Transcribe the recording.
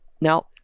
Now